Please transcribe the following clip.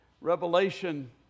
Revelation